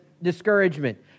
discouragement